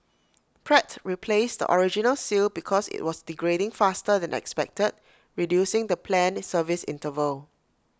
Pratt replaced the original seal because IT was degrading faster than expected reducing the planned service interval